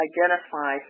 Identify